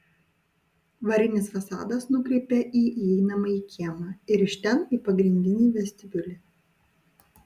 varinis fasadas nukreipia į įeinamąjį kiemą ir iš ten į pagrindinį vestibiulį